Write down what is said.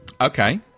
Okay